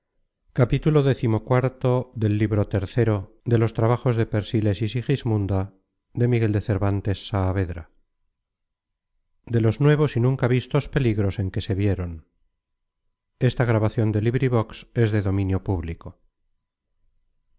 de los nuevos y nunca vistos peligros en que se vieron